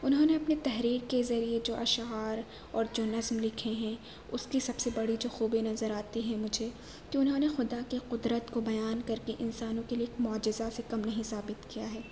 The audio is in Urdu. انہوں نے اپنی تحریک کے ذریعے جو اشعار اور جو نظم لکھے ہیں اس کی سب سے بڑی جو خوبی نظر آتی ہے مجھے کہ انہوں نے خدا کی قدرت کو بیان کر کے انسانوں کے لیے ایک معجزہ سے کم نہیں ثابت کیا ہے